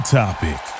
topic